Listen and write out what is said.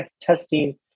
testing